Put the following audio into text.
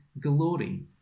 glory